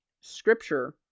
scripture